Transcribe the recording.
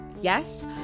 Yes